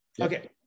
Okay